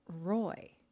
Roy